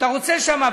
אתה רוצה שם,